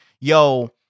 yo